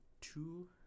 two